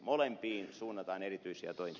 molempiin suunnataan erityisiä toimia